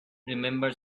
remember